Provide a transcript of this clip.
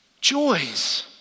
joys